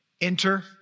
Enter